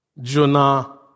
Jonah